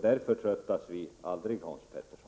Det är därför vi aldrig förtröttas, Hans Petersson.